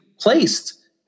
placed